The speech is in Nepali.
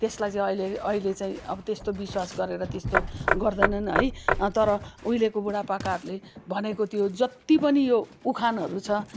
त्यसलाई चाहिँ अहिले अहिले चाहिँ अब त्यस्तो बिश्वास गरेर विश्वास गर्दैनन् है तर उहिलेको बुढा पाकाहरले भनेको त्यो जत्ति पनि यो उखानहरू छ